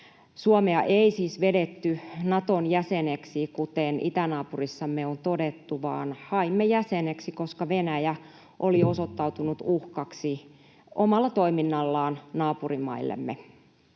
Suomea ei siis vedetty Naton jäseneksi, kuten itänaapurissamme on todettu, vaan haimme jäseneksi, koska Venäjä oli osoittautunut omalla toiminnallaan uhkaksi naapurimailleen,